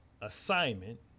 assignment